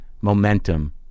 momentum